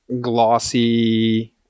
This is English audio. glossy